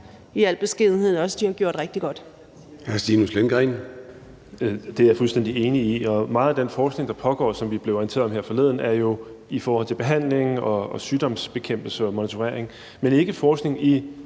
Gade): Hr. Stinus Lindgreen. Kl. 13:07 Stinus Lindgreen (RV): Det er jeg fuldstændig enig i, og meget af den forskning, der pågår, som vi blev orienteret om her forleden, er jo i forhold til behandling og sygdomsbekæmpelse og monitorering, men ikke forskning i